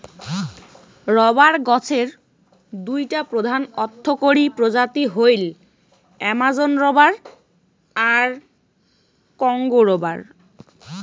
rubber গছের দুইটা প্রধান অর্থকরী প্রজাতি হইল অ্যামাজোন রবার আর কংগো রবার